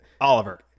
Oliver